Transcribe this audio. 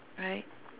right